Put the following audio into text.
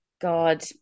God